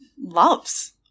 loves